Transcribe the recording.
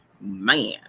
man